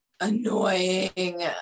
annoying